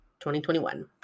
2021